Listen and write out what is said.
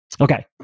Okay